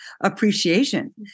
appreciation